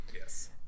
Yes